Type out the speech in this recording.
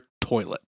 toilet